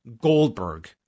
Goldberg